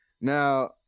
Now